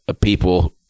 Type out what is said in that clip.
people